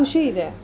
ಖುಷಿಯಿದೆ